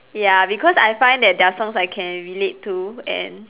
ya because I find that their songs I can relate to and